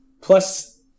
Plus